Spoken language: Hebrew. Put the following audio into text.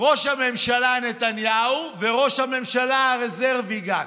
ראש הממשלה נתניהו וראש הממשלה הרזרבי גנץ.